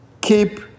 Keep